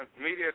media